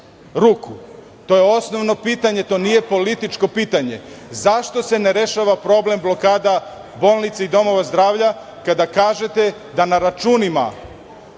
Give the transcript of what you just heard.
ruku. To je osnovno pitanje, to nije političko pitanje. Zašto se ne rešava problem blokada bolnica i domova zdravlja, kada kažete da na računima